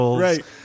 right